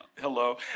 Hello